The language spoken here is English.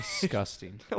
Disgusting